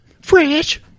Fresh